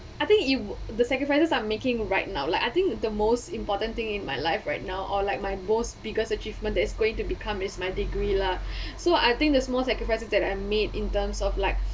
I think you the sacrifices are making right now like I think the most important thing in my life right now or like my most biggest achievement that is going to become is my degree lah so I think this most sacrifice of that I made in terms of like